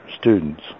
students